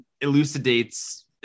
elucidates